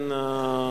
בעד,